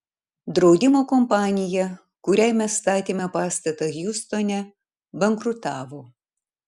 draudimo kompanija kuriai mes statėme pastatą hjustone bankrutavo